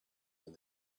when